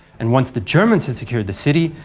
and once the germans had secured the city,